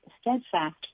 steadfast